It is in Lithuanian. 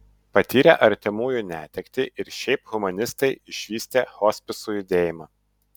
patyrę artimųjų netektį ir šiaip humanistai išvystė hospisų judėjimą